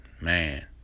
Man